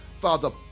father